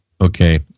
okay